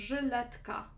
Żyletka